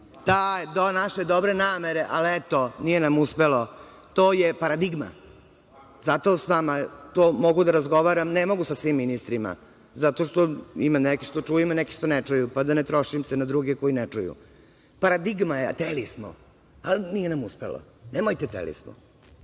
ali eto. Naše dobre namere, ali eto, nije nam uspelo. To je pradigma zato s vama to mogu da razgovaram, ne mogu sa svim ministrima, zato što ima neki koji čuju i neki koji ne čuju, pa da se ne trošim na druge koji ne čuju. Pradigma je – hteli smo, ali nije nam uspelo. Nemojte hteli